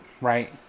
right